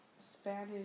Spanish